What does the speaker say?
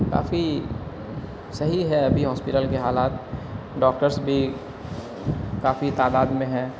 کافی صحیح ہے ابھی ہاسپیٹل کے حالات ڈاکٹرس بھی کافی تعداد میں ہیں